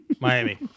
Miami